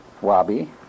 wabi